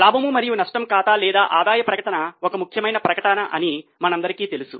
లాభం మరియు నష్టం ఖాతా లేదా ఆదాయ ప్రకటన ఒక ముఖ్యమైన ప్రకటన అని మనందరికీ తెలుసు